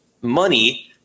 money